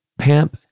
PAMP